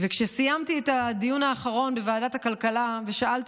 וכשסיימתי את הדיון האחרון בוועדת הכלכלה ושאלתי